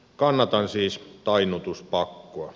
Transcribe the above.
kannatan siis tainnutuspakkoa